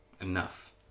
Enough